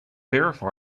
verify